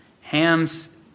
Ham's